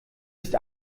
ist